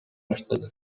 баштады